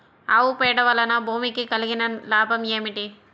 ఆవు పేడ వలన భూమికి కలిగిన లాభం ఏమిటి?